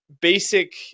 basic